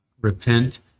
repent